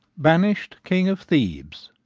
banished king of thebes.